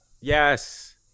yes